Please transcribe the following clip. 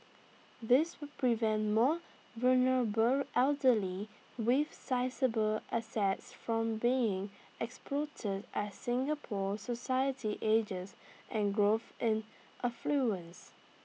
this will prevent more vulnerable elderly with sizeable assets from being exploited as Singapore society ages and grows in affluence